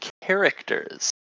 characters